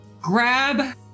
grab